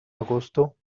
agosto